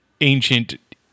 ancient